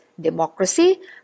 democracy